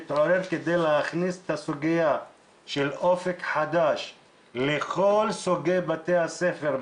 כשאין סנכרון בין הגנים של הבוקר לגנים של הצהריים